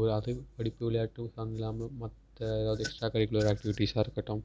ஒரு அது படிப்பு விளையாட்டு அது இல்லாமல் மற்ற அது எக்ஸ்ட்ரா கரிக்குலர் ஆக்டிவிட்டிஸாக இருக்கட்டும்